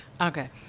okay